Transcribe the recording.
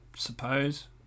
Suppose